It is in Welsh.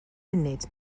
munud